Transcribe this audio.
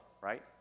right